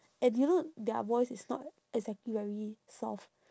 and you know their voice is not exactly very soft